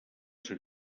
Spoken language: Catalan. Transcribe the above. seu